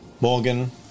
Morgan